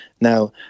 Now